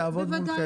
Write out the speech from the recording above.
יעבוד מולכם.